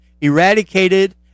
eradicated